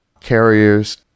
carriers